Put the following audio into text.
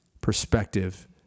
perspective